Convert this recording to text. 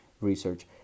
research